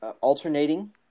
alternating